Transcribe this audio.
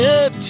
up